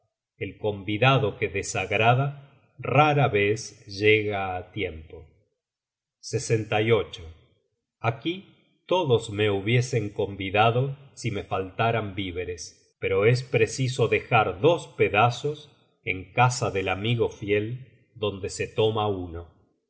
el convidado que desagrada rara vez llega á tiempo content from google book search generated at aquí todos me hubiesen convidado si me faltaran víveres pero es preciso dejar dos pedazos en casa del amigo fiel donde se toma uno